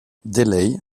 delaye